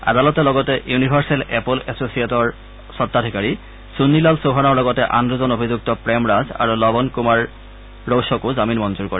আদালতে লগতে universal apple এছছিয়েটৰ স্বতাধিকাৰী ছুন্নিলাল চৌহানৰ লগতে আন দুজন অভিযুক্ত প্ৰেমৰাজ আৰু লৱণ কুমাৰ ৰৌছকো জামিন মঞ্জৰ কৰে